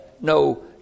no